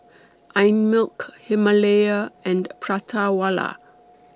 Einmilk Himalaya and Prata Wala